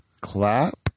clap